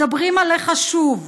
מדברים עליך שוב